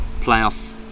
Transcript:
playoff